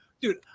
dude